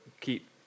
keep